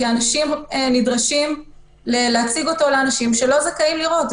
כי אנשים נדרשים להציג אותו לאנשים שלא זכאים לראות אותו.